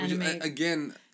Again